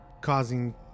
causing